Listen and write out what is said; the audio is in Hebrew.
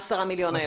ה-10 מיליון האלה.